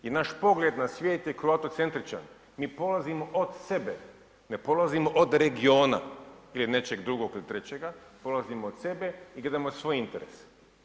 I naš pogled na svijet je kroatocentričan, mi polazimo od sebe, ne polazimo od regiona ili od nečeg drugog ili trećega, polazimo od sebe i gledamo svoje interese.